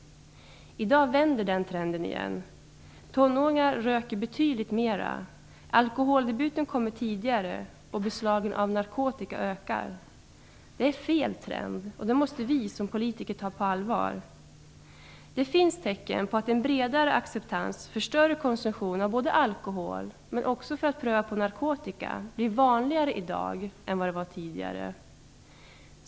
I dag vänder den trenden igen. Tonåringar röker betydligt mer, alkoholdebuten kommer tidigare och beslagen av narkotika ökar. Det är fel trend. Det måste vi som politiker ta på allvar. Det finns tecken på att en bredare acceptans för större konsumtion av alkohol men också för att pröva på narkotika blir vanligare i dag än det var tidigare.